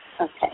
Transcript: Okay